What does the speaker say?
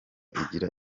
igira